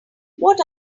what